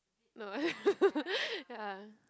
no ya